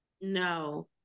No